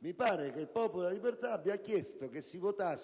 Mi pare che il Popolo della Libertà abbia chiesto di votare